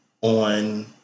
on